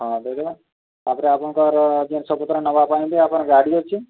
ହଁ ଦେଇଦେବା ତାପରେ ଆପଣଙ୍କର ଆଜ୍ଞା ସବୁଥର ନେବା ପାଇଁ ବି ଆମର ଗାଡ଼ି ଅଛି